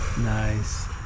Nice